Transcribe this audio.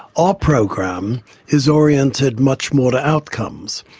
ah program is oriented much more to outcomes,